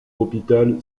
hôpital